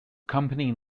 company